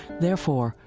therefore,